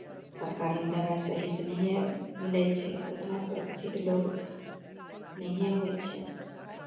सरकारीमे दबाइ सहीसँ नहिए मिलै छै उतना सुरक्षित लोक नहिए होइ छै